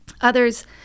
Others